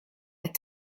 qed